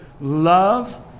love